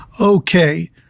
Okay